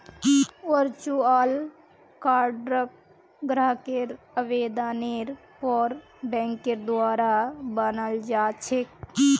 virtual कार्डक ग्राहकेर आवेदनेर पर बैंकेर द्वारा बनाल जा छेक